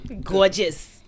Gorgeous